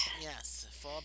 Yes